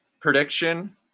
prediction